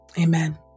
Amen